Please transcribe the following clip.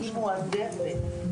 היא מועדפת,